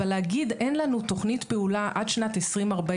אבל להגיד אין לנו תוכנית פעולה עד שנת 2040,